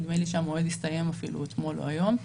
נדמה לי שהמועד הסתיים אתמול או היום.